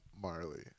Marley